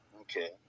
Okay